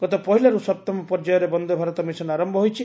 ଗତ ପହିଲାରୁ ସପ୍ତମ ପର୍ଯ୍ୟାୟର ବନ୍ଦେ ଭାରତ ମିଶନ ଆରମ୍ଭ ହୋଇଛି